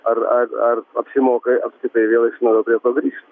ar ar ar apsimoka apskritai vėl iš naujo prie to grįžt